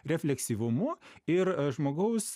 refleksyvumu ir žmogaus